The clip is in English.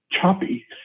choppy